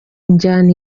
njyana